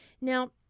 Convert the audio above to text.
Now